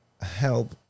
help